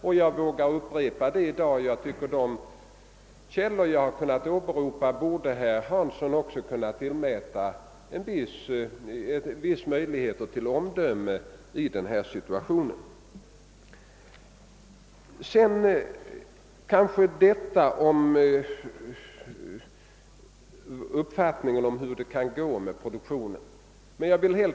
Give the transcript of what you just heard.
Jag vågar upprepa detta i dag, och jag tycker att även herr Hansson borde kunna tillmäta de källor, som jag har kunnat åberopa, vissa möjligheter till omdöme om denna situation. Sedan vill jag något beröra uppfattningen om hur det kommer att bli med produktionen av kött och fläsk.